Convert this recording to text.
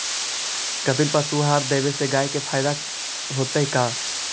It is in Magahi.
कपिला पशु आहार देवे से गाय के फायदा होतै का?